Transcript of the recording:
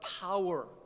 power